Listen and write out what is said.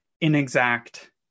inexact